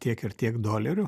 tiek ir tiek dolerių